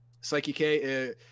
Psyche-K